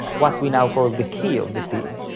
what we now call the key of the piece,